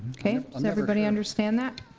okay, does everybody understand that?